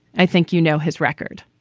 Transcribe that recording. i think you know his record.